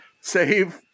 save